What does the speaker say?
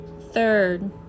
Third